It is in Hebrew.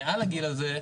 מעל הגיל הזה,